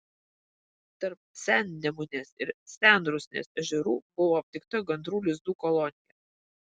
tarp sennemunės ir senrusnės ežerų buvo aptikta gandrų lizdų kolonija